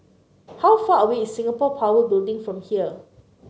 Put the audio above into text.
how far away is Singapore Power Building from here